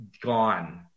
gone